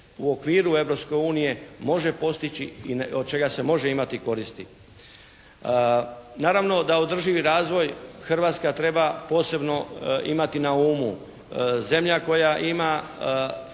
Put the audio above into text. unije može postići i od čega se može imati koristi? Naravno da održivi razvoj Hrvatska treba posebno imati na umu. Zemlja koja ima